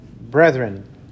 brethren